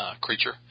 creature